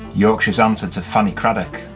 yorkshire's answer to fanny craddock.